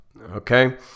Okay